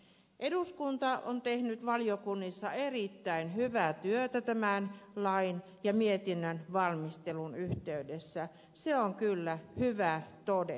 eduskunta on tehnyt valiokunnissa erittäin hyvää työtä tämän lain ja mietinnön valmistelun yhteydessä se on kyllä hyvä todeta